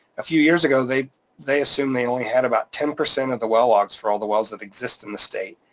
a few years ago they assumed they assumed they only had about ten percent of the well logs for all the wells that exist in the state.